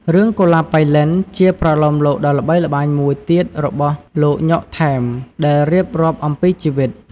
រឿងកុលាបប៉ៃលិន ជាប្រលោមលោកដ៏ល្បីល្បាញមួយទៀតរបស់ លោក ញ៉ុក ថែម ដែលរៀបរាប់អំពីជីវិត។